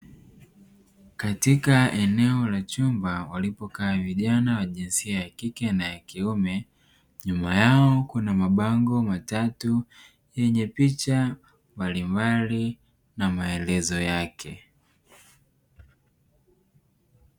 Katika eneo la chumba walipokaa vijana wa jinsia ya kike na ya kiume nyuma, yao kuna mabango matatu yenye picha mbalimbali na maelezo yake.